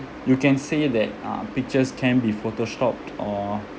you can say that uh pictures can be photo-shopped or